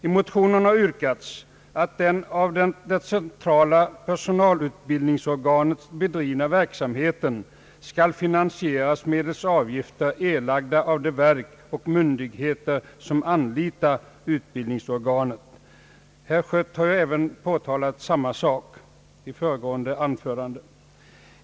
I motionerna har yrkats att den av det centrala personalutbildningsorganet bedrivna verksamheten skall finansieras medelst avgifter, erlagda av de verk och myndigheter som anlitar utbildningsorganet. Herr Schött har ju även påtalat samma sak i föregående anförande.